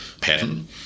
pattern